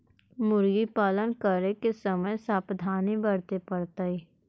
मुर्गी पालन करे के समय का सावधानी वर्तें पड़तई?